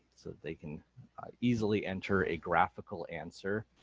so they can easily enter a graphical answer,